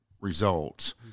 results